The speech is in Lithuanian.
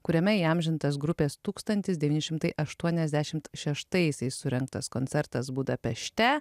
kuriame įamžintas grupės tūkstantis devyni šimtai aštuoniasdešimt šeštaisiais surengtas koncertas budapešte